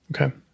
okay